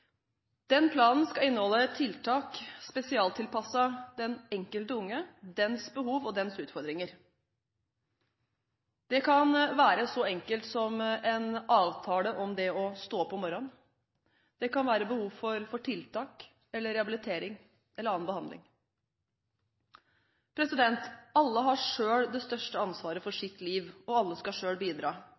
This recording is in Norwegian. Den planen skal inneholde tiltak spesialtilpasset den enkelte unge, dennes behov og dennes utfordringer. Det kan være så enkelt som en avtale om det å stå opp om morgenen. Det kan være behov for tiltak, rehabilitering eller annen behandling. Alle har selv det største ansvaret for sitt liv, og alle skal selv bidra.